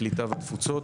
הקליטה והתפוצות,